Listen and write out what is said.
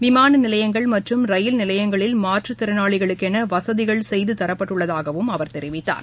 விமானநிலையங்கள் மற்றும் ரயில்நிலையங்களில் மாற்றுத்திறனாளிகளுக்கென வசதிகள் செய்து தரப்பட்டுள்ளதாகவும் அவர் கூறினார்